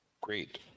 Great